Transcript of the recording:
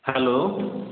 hello